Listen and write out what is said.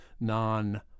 non